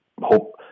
hope